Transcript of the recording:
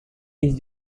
east